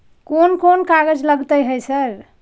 कोन कौन कागज लगतै है सर?